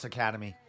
Academy